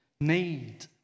need